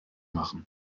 machen